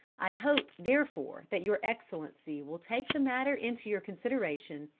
i hope therefore that your excellency will take the matter into your consideration,